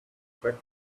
attract